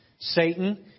Satan